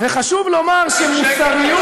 וחשוב לומר שמוסריות,